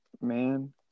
Man